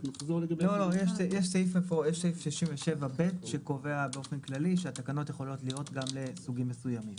יש סעיף 37ב שקובע באופן כללי שהתקנות יכולות להיות גם לסוגים מסוימים.